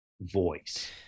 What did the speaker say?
voice